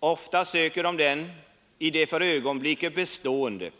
Ofta söker de den i det för ögonblicket bestående.